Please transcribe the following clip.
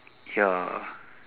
ya